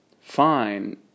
fine